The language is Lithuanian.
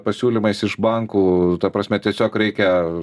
pasiūlymais iš bankų ta prasme tiesiog reikia